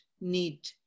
need